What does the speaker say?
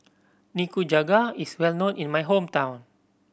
Nikujaga is well known in my hometown